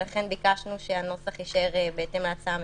ולכן ביקשנו שהנוסח יישאר בהתאם להצעה הממשלתית.